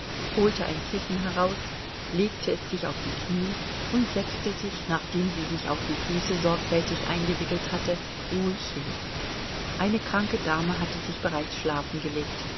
holte ein kissen heraus legte es sich auf die knie und setzte sich nachdem sie sich auch die füße sorgfältig eingewickelt hatte ruhig hin eine kranke dame hatte sich bereits schlafen gelegt